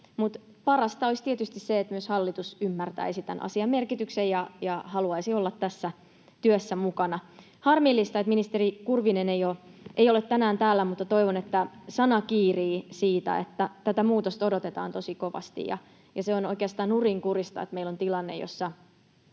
parasta olisi tietysti se, että myös hallitus ymmärtäisi tämän asian merkityksen ja haluaisi olla tässä työssä mukana. Harmillista, että ministeri Kurvinen ei ole tänään täällä, mutta toivon, että sana kiirii siitä, että tätä muutosta odotetaan tosi kovasti. On oikeastaan nurinkurista, että meillä on tilanne, jossa